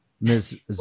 Ms